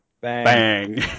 Bang